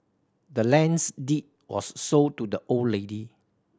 the land's deed was sold to the old lady